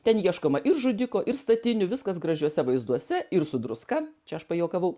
ten ieškoma ir žudiko ir statinių viskas gražiuose vaizduose ir su druska čia aš pajuokavau